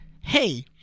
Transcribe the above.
Hey